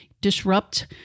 Disrupt